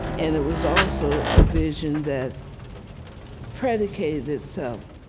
and it was also a vision that predicated itself